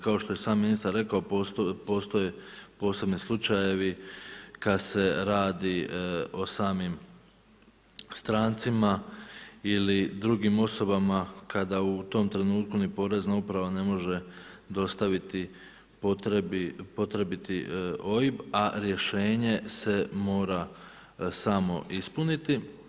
Kao što je sam ministar rekao, postoje posebni slučajevi kad se radi o samim strancima ili dr. osobama kada u tom trenutku ni porezna uprava ne može dostaviti potrebiti OIB a rješenje se mora samo ispuniti.